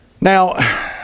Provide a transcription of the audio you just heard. Now